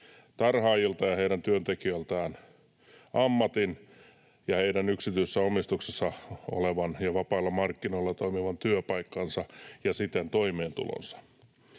tarhaajilta ja heidän työntekijöiltään ammatin ja heidän yksityisessä omistuksessaan olevan ja vapailla markkinoilla toimivan työpaikkansa ja siten toimeentulonsa.